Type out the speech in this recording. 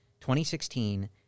2016